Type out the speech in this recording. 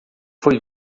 foi